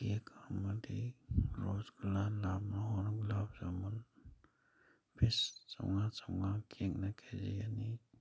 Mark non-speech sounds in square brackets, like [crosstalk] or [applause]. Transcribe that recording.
cake ꯑꯃꯗꯤ rose ꯒꯨꯂꯥꯅ [unintelligible] piece ꯆꯥꯝꯉꯥ ꯆꯥꯝꯉꯥ ꯀꯦꯛꯅ ꯀꯦ ꯖꯤ ꯑꯅꯤ